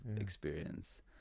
experience